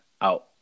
out